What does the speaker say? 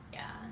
ya